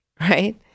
Right